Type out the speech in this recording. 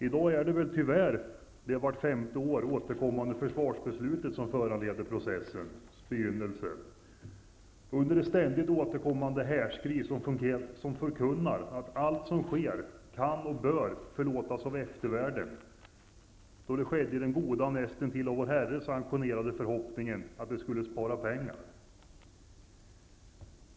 I dag är det tyvärr det vart femte år återkommande försvarsbeslutet, som föranleder processens begynnelse under det ständigt återkommande härskri som förkunnar att allt som sker kan och bör förlåtas av eftervärlden, då det skedde i den goda och näst intill av vår herre sanktionerade förhoppningen att det skall spara pengar.